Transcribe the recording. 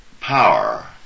power